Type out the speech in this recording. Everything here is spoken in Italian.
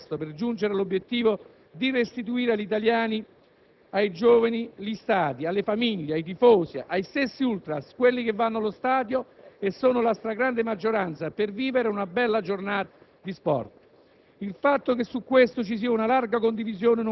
Ciò premesso, confermo il sostegno al presente testo, per giungere all'obiettivo di restituire gli stadi agli italiani, ai giovani, alle famiglie, ai tifosi, agli stessi *ultras*, quelli che vanno allo stadio - e sono la stragrande maggioranza - per vivere una bella giornata di sport.